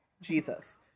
Jesus